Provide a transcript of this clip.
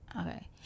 okay